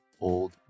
old